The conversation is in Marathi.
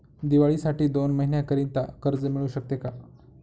दिवाळीसाठी दोन महिन्याकरिता कर्ज मिळू शकते का?